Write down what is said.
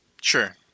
sure